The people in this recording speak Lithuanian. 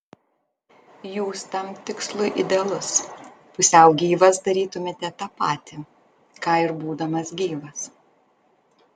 jūs tam tikslui idealus pusiau gyvas darytumėte tą patį ką ir būdamas gyvas